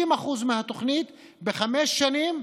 60% מהתוכנית בחמש שנים,